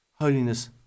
Holiness